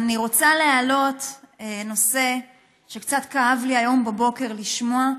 אני רוצה להעלות נושא שקצת כאב לי היום בבוקר לשמוע,